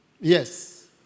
Yes